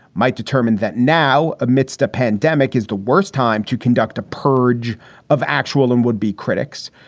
might determine that now amidst a pandemic is the worst time to conduct a purge of actual and would be critics.